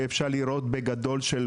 שאפשר לראות בגדול באמריקה,